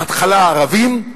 בהתחלה הערבים,